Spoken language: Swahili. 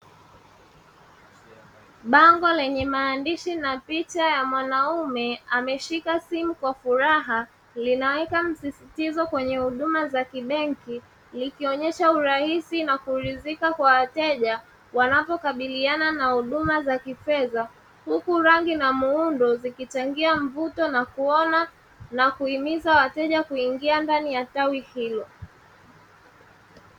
Bango lenye maandishi na picha ya mwanaume ameshika simu kwa furaha, linaweka msisitizo kwenye huduma za kibenki likionyesha urahisi na kuridhika kwa wateja wanapokabiliana na huduma za kifedha; huku rangi na muundo zikichangia mvuto na kuona na kuhimiza wateja kuingia ndani ya tawi hilo.